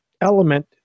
element